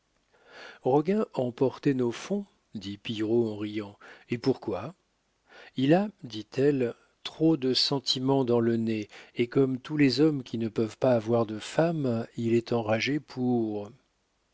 craint roguin emporter nos fonds dit pillerault en riant et pourquoi il a dit-elle trop de sentiment dans le nez et comme tous les hommes qui ne peuvent pas avoir de femmes il est enragé pour